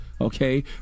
okay